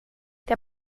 der